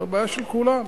בעיה של כולם.